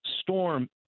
storm